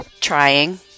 trying